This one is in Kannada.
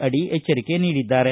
ಅಡಿ ಎಚ್ಚರಿಕೆ ನೀಡಿದ್ದಾರೆ